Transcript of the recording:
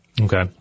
Okay